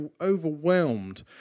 overwhelmed